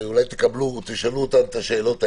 ואולי תשאלו אותם את השאלות האלה.